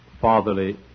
fatherly